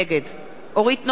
נגד אורית נוקד,